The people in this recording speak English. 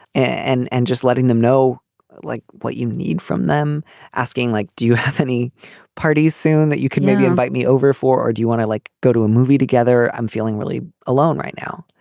and and just letting them know like what you need from them asking like do you have any parties soon that you can maybe invite me over for or do you want to like go to a movie together. i'm feeling really alone right now.